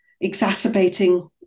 exacerbating